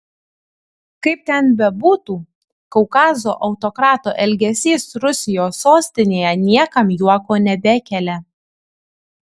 kaip ten bebūtų kaukazo autokrato elgesys rusijos sostinėje niekam juoko nebekelia